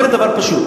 אומרת דבר פשוט: